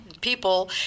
people